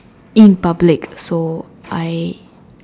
in public so I